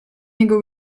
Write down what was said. niego